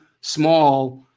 small